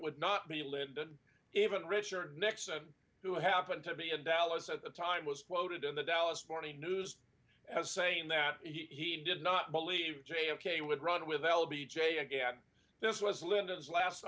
would not be lyndon even richard nixon who happened to be in dallas at the time was quoted in the dallas morning news as saying in that he did not believe j f k would run with l b j again this was lyndon's last